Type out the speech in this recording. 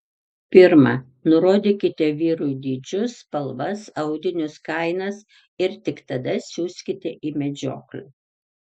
pirma nurodykite vyrui dydžius spalvas audinius kainas ir tik tada siųskite į medžioklę